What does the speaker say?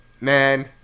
man